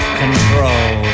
control